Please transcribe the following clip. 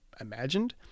imagined